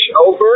over